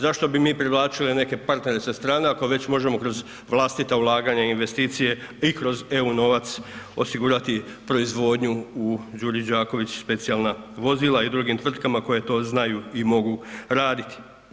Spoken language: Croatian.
Zašto bi mi privlačili neke partnere sa strane ako već možemo kroz vlastita ulaganja i investicije i kroz eu novac osigurati proizvodnju u Đuri Đaković Specijalna vozila i drugim tvrtkama koje to znaju i mogu raditi.